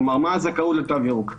כלומר, מה הזכאות לתו ירוק.